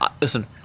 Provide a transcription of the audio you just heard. listen